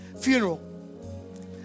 funeral